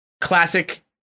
classic